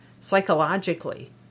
psychologically